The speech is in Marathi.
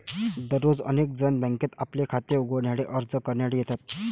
दररोज अनेक जण बँकेत आपले खाते उघडण्यासाठी अर्ज करण्यासाठी येतात